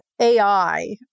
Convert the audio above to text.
AI